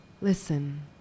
Listen